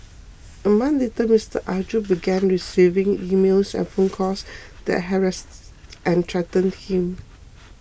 a month later Mister Arjun began receiving emails and phone calls that harassed and threatened him